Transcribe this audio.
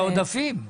זה עודפים.